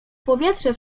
powietrze